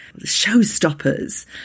showstopper's